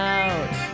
out